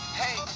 hey